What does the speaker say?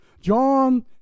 John